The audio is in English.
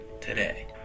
today